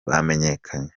bamenyekanye